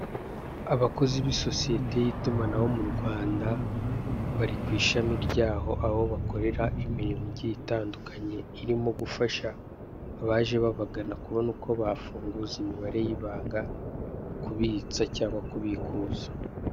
Abakozi b'isosiyete y'itumanaho mu Rwanda bari ku ishami ryaho, aho bakorera imirimo igiye itandukanye irimo gufasha abaje babagane uko bafunguza imibare y'ibanga, kubitsa cyangwa kubukuza.